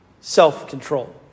self-control